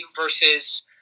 versus